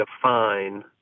define